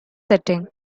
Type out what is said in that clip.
setting